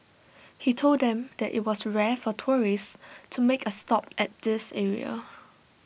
he told them that IT was rare for tourists to make A stop at this area